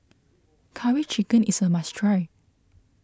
Curry Chicken is a must try